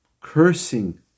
cursing